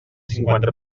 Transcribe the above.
cinquanta